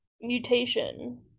mutation